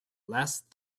last